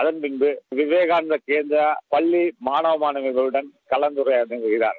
அதன்பின்பு விவேகானந்த கேந்திரா பள்ளி மாணவ மாணவிகளுடன் கலந்துரையாடவுள்ளார்